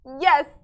Yes